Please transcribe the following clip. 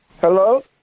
Hello